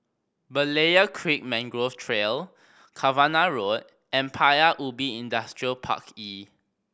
Berlayer Creek Mangrove Trail Cavenagh Road and Paya Ubi Industrial Park E